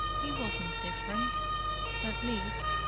he wasn't different at least,